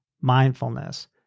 Mindfulness